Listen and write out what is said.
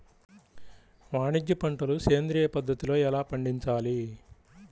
వాణిజ్య పంటలు సేంద్రియ పద్ధతిలో ఎలా పండించాలి?